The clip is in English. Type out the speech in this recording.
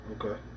Okay